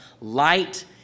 light